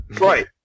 Right